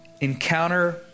encounter